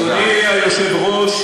אתה מדבר?